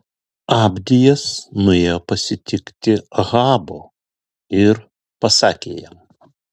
abdijas nuėjo pasitikti ahabo ir pasakė jam